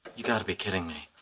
you got to be kidding